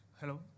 Hello